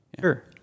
Sure